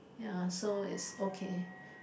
ya so it's okay